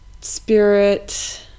Spirit